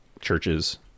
churches